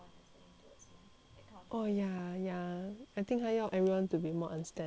oh ya ya I think 他要 everyone to be more understanding of 他 also eh